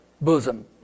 bosom